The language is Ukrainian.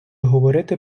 говорити